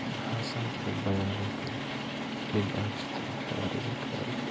بہٕ ہسا ہٮ۪کہٕ نہٕ بیانٕے کٔرِتھ أمۍ آیہِ چھِ تِم پیروی کران